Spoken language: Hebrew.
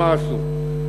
מה עשו.